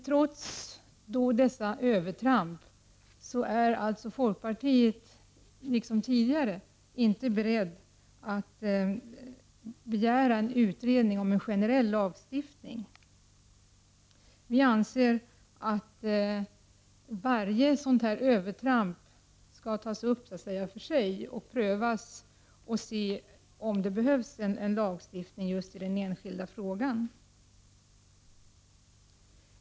Trots dessa övertramp är alltså folkpartiet, liksom tidigare, inte berett att begära en utredning om en generell lagstiftning på området. Vi anser att varje övertramp skall tas upp och behandlas för sig för att man skall kunna pröva om det behövs lagstiftning i den enskilda frågan.